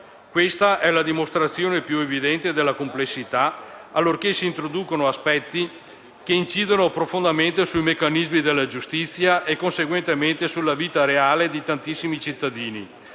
questa è la dimostrazione più evidente della complessità, allorché si introducono aspetti che incidono profondamente sui meccanismi della giustizia, e conseguentemente sulla vita reale di tantissimi cittadini,